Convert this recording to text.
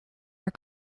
are